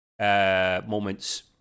moments